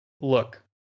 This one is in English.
look